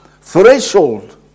threshold